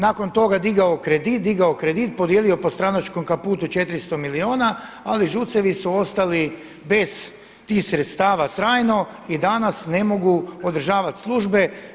Nakon toga digao kredit, podijelio po stranačkom kaputu 400 milijuna ali ŽUC-evi su ostali bez tih sredstava trajno i danas ne mogu održavati službe.